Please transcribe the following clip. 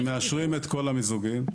מאשרים את כל המיזוגים,